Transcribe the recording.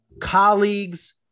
colleagues